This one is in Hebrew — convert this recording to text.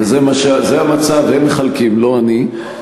וזה המצב, הם מחלקים, לא אני.